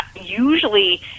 usually